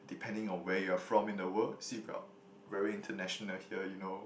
depending on where you are from in the world see we are very international here you know